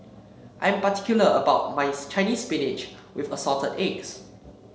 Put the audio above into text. I am particular about my Chinese Spinach with Assorted Eggs